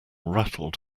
rattled